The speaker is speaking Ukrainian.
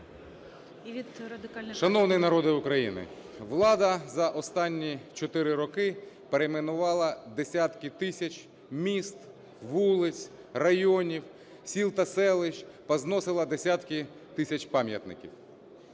Шановний народе України, влада за останні 4 роки перейменувала десятки тисяч міст, вулиць, районів, сіл та селищ, позносила десятки тисяч пам'ятників.